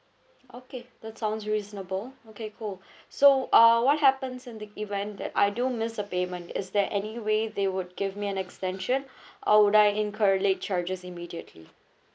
okay that sounds reasonable okay cool so uh what happens in the event that I do miss a payment is there any way they would give me an extension or would I incur late charges immediately